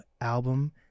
album